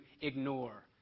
ignore